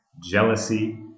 jealousy